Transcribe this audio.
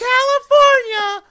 California